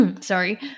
sorry